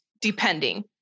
depending